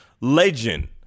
legend